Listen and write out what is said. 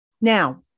Now